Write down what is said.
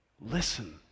Listen